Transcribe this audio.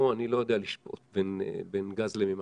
אני לא יודע לשפוט בין גז למימן,